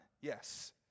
Yes